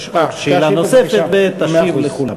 יש שאלה נוספת ותשיב לכולם.